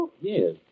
Yes